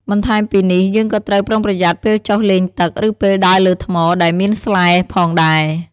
បន្ថែមពីនេះ យើងក៏ត្រូវប្រុងប្រយ័ត្នពេលចុះលេងទឹក ឬពេលដើរលើថ្មដែលមានស្លែផងដែរ។